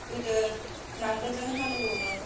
गोदो नांगोलजों हालेवोमोन